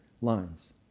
lines